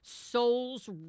Souls